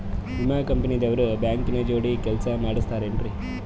ವಿಮಾ ಕಂಪನಿ ದವ್ರು ಬ್ಯಾಂಕ ಜೋಡಿ ಕೆಲ್ಸ ಮಾಡತಾರೆನ್ರಿ?